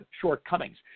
shortcomings